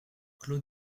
clos